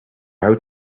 how